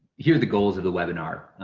here are the goals of the webinar.